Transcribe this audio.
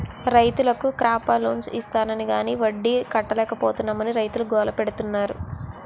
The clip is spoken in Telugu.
రైతులకు క్రాప లోన్స్ ఇస్తాన్నారు గాని వడ్డీ కట్టలేపోతున్నాం అని రైతులు గోల పెడతన్నారు